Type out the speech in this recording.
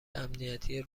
امنیتی